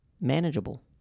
manageable